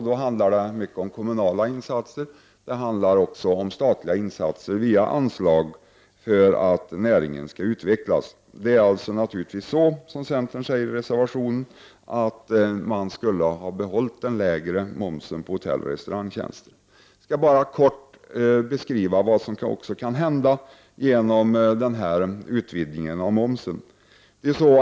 Det handlar då om kommunala insatser och statliga insatser via anslag för att näringen skall kunna utvecklas. Som vi säger i vår reservation borde man ha behållit den lägre momsen på hotelloch restaurangtjänster. Jag skall bara kort beskriva vad som också kan hända när nu momsen utvidgas.